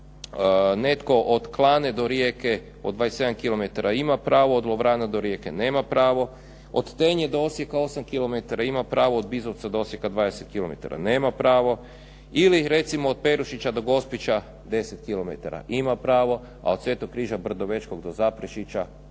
netko od Klane do Rijeke od 27 km ima pravo, od Lovrana do Rijeke nema pravo, od Tenje do Osijeka 8 km ima pravo, od Bizovca do Osijeka 20 km nema pravo ili recimo od Perušića do Gospića 10 km ima pravo, a od Sv. Križa Brdovečkog do Zaprešića